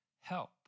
Help